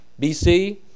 BC